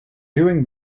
doing